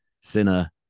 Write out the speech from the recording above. Sinner